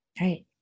right